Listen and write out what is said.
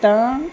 ਤਾਂ